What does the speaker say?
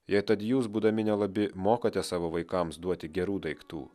jei tad jūs būdami nelabi mokate savo vaikams duoti gerų daiktų